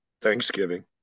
Thanksgiving